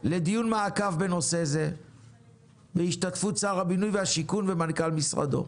לדיון מעקב בנושא זה בהשתתפות שר הבינוי והשיכון ומנכ"ל משרדו.